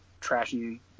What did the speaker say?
trashy